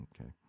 Okay